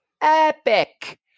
epic